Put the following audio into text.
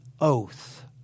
oath